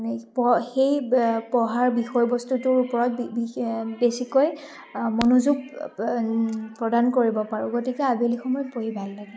প সেই পঢ়াৰ বিষয়বস্তুটোৰ ওপৰত বেছিকৈ মনোযোগ প্ৰদান কৰিব পাৰোঁ গতিকে আবেলি সময়ত পঢ়ি ভাল লাগে